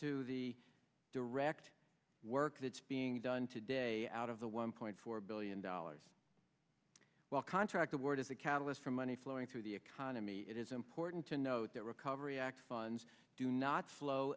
to the direct work that's being done today out of the one point four billion dollars well contract award as a catalyst for money flowing through the economy it is important to note that recovery act funds do not flow